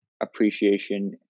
appreciation